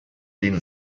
den